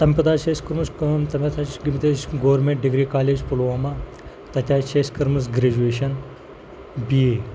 تَمہِ پَتہٕ حظ چھِ اَسہِ کٔرمٕژ کٲم تَمہِ پَتہٕ حظ چھِ گٔمٕتۍ أسۍ گورمینٛٹ ڈِگری کالج پُلوامہ تَتہِ حظ چھِ اَسہِ کٔرمٕژ گرٛیجویشَن بی اے